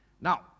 Now